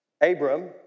Abram